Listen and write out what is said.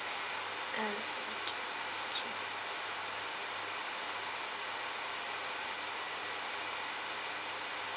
and